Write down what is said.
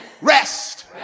rest